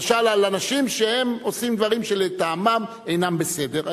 למשל על אנשים שהם עושים דברים שלטעמם אינם בסדר.